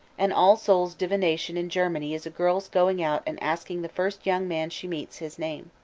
an all souls' divination in germany is a girl's going out and asking the first young man she meets his name.